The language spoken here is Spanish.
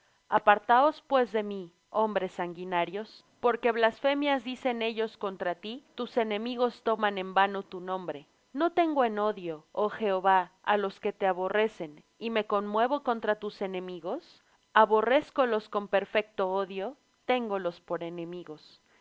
apartaos pues de mí hombres sanguinarios porque blasfemias dicen ellos contra ti tus enemigos toman en vano tu nombre no tengo en odio oh jehová á los que te aborrecen y me conmuevo contra tus enemigos aborrézcolos con perfecto odio téngolos por enemigos